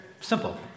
simple